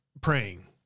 praying